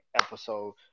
episode